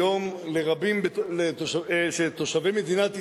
היום לרבים שתושבי מדינת ישראל,